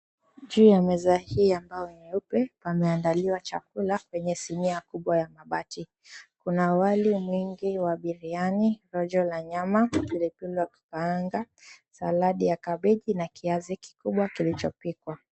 Juu ya meza hii ambayo ni nyeupe, pameandaliwa chakula kwenye sinia kubwa ya mabati. Kuna wali mwingi wa biriani, rojo la nyama, pilipili wa kukaanga, saladi ya kabeji na kiazi kikubwa kilichopikwa.